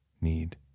need